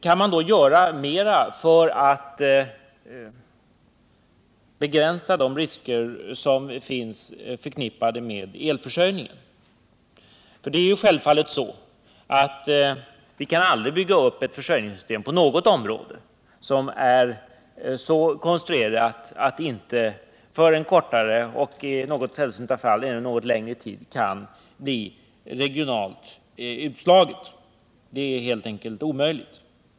Kan man då göra mera för att begränsa de risker som är förknippade med elförsörjningen? Det är självfallet så att vi aldrig kan bygga upp ett försörjningssystem på något område som är så konstruerat att det inte för en kortare och i sällsynta fall även något längre tid kan bli regionalt utslaget. Det är helt enkelt omöjligt.